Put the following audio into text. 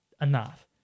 enough